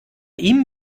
ihm